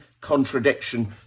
contradiction